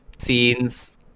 scenes